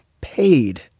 paid